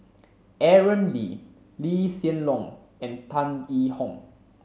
Aaron Lee Lee Hsien Loong and Tan Yee Hong